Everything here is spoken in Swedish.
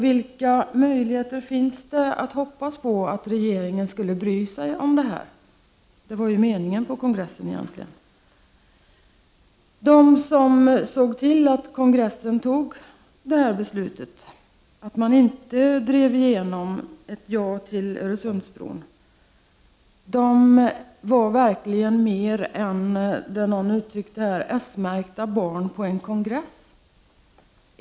Vilka möjligheter kan man hoppas på finns för att regeringen skulle bry sig om detta? Att så skulle ske var ju egentligen kongressens mening. De som såg till att kongressen tog beslutet om ett rådslag och att man alltså inte drev igenom ett ja till Öresundsbron var verkligen mer än, som någon uttryckte det här, ”s-märkta barn på en kongress”.